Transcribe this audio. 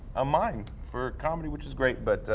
a mine for comedy which is great, but,